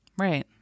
Right